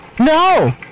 No